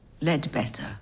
Ledbetter